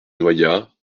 noaillat